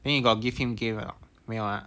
then you got give him gave game 了没有啊